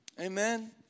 Amen